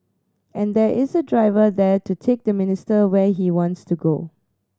and there is a driver there to take the minister where he wants to go